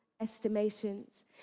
estimations